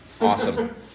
awesome